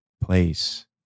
place